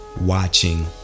Watching